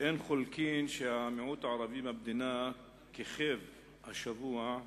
אין חולקין שהמיעוט הערבי במדינה כיכב השבוע,